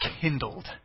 kindled